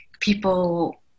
people